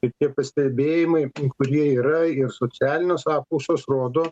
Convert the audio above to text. ir tie pastebėjimai kurie yra socialinios apklausos rodo